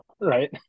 right